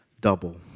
double